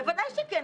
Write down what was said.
בוודאי שכן.